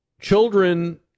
children